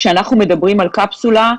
כשאנחנו מדברים על קפסולה,